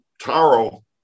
Taro